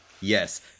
Yes